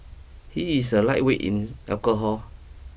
he is a lightweight in the alcohol